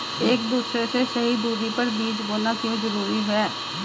एक दूसरे से सही दूरी पर बीज बोना क्यों जरूरी है?